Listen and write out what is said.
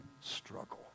struggle